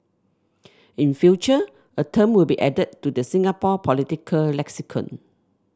in future a term will be added to the Singapore political lexicon